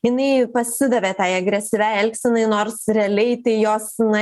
jinai pasidavė tai agresyviai elgsenai nors realiai tai jos na